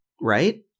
right